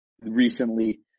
recently